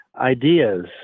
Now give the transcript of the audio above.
ideas